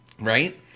Right